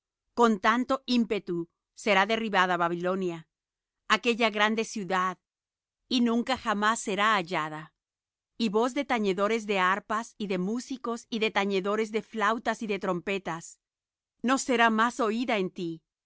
con tanto ímpetu será derribada babilonia aquella grande ciudad y nunca jamás será hallada y voz de tañedores de arpas y de músicos y de tañedores de flautas y de trompetas no será más oída en ti